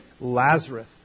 Lazarus